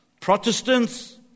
Protestants